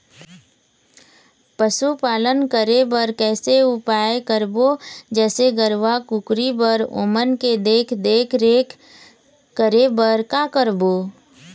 पशुपालन करें बर कैसे उपाय करबो, जैसे गरवा, कुकरी बर ओमन के देख देख रेख करें बर का करबो?